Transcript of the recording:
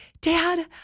Dad